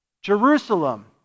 Jerusalem